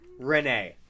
Renee